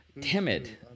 Timid